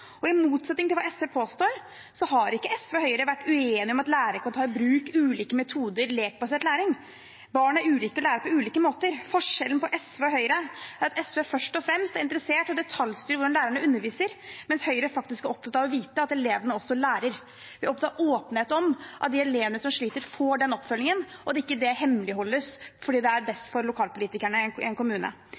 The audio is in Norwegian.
I motsetning til hva SV påstår, har ikke SV og Høyre vært uenige om at lærere kan ta i bruk ulike metoder, lekbasert læring. Barn er ulike og lærer på ulike måter. Forskjellen på SV og Høyre er at SV først og fremst er interessert i å detaljstyre hvordan lærerne underviser, mens Høyre er opptatt av å vite at elevene også lærer. Vi er opptatt av åpenhet om at de elevene som sliter, får den oppfølgingen, og at det ikke hemmeligholdes fordi det er best for lokalpolitikerne i en